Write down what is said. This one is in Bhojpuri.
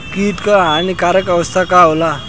कीट क हानिकारक अवस्था का होला?